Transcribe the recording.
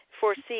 foresee